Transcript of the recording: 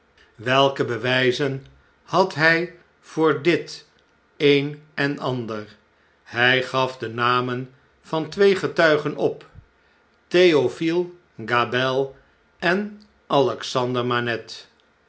welke bewpen had hij voor'dit een en ander hjj gaf de namen van twee getuigen op theophile gabelle en alexander